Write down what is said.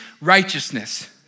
righteousness